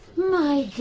my